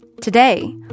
Today